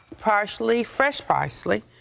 parsley, fresh parsley.